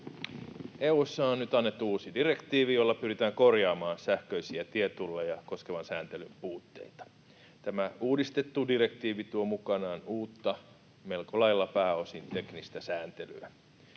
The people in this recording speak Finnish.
EU:ssa on nyt annettu uusi direktiivi, jolla pyritään korjaamaan sähköisiä tietulleja koskevan sääntelyn puutteita. Tämä uudistettu direktiivi tuo mukanaan uutta, pääosin melko lailla teknistä sääntelyä.